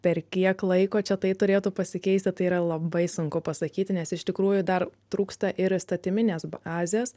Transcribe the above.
per kiek laiko čia tai turėtų pasikeisti tai yra labai sunku pasakyti nes iš tikrųjų dar trūksta ir įstatyminės bazės